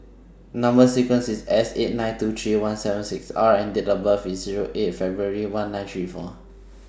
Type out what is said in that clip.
Number sequence IS S eight nine two three one seven six R and Date of birth IS Zero eight February one nine three four